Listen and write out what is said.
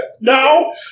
No